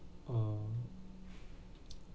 uh